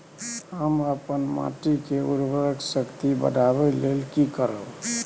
हम अपन माटी के उर्वरक शक्ति बढाबै लेल की करब?